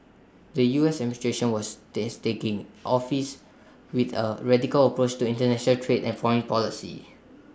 the U S administration was dace taking office with A radical approach to International trade and foreign policy